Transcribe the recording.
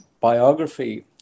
biography